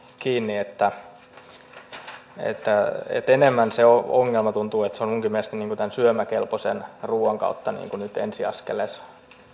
kiinni enemmän tuntuu että se ongelma on minunkin mielestäni tämän syömäkelpoisen ruuan kautta nyt ensiaskeleissa